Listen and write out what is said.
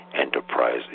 Enterprise